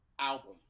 album